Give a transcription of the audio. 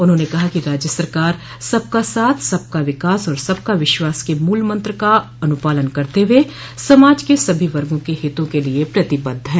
उन्होंने कहा कि राज्य सरकार सबका साथ सबका विकास और सबका विश्वास के मूल मंत्र का अन्पालन करते हुए समाज के सभी वर्गो के हितों के लिए प्रतिबद्ध है